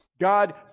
God